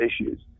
issues